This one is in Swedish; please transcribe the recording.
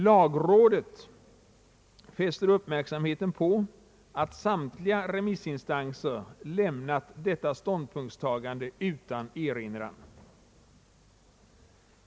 Lagrådet fäster uppmärksamheten på att samtliga remissinstanser lämnat detta ståndpunktstagande utan erinran.